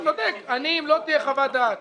אם לא תהיה חוות דעת